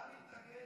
על כזה